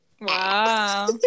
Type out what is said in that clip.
wow